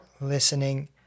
listening